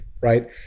right